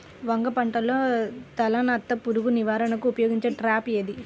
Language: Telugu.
వంగ పంటలో తలనత్త పురుగు నివారణకు ఉపయోగించే ట్రాప్ ఏది?